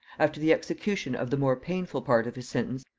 after the execution of the more painful part of his sentence,